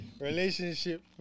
relationship